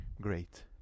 great